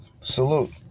Salute